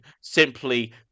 simply